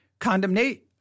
condemnate